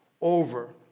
Over